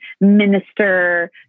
minister